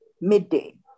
midday